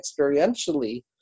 experientially